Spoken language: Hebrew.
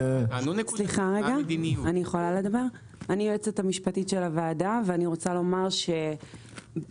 אני היועצת המשפטית של הוועדה ואני רוצה לומר שאנחנו